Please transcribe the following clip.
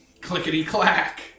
Clickety-clack